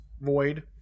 void